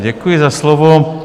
Děkuji za slovo.